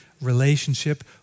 relationship